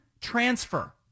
transfer